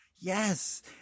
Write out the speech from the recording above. Yes